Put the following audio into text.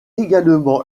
également